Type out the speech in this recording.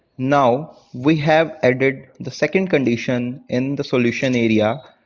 now, we have added the second condition in the solution area,